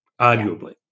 arguably